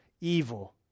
evil